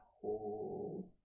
hold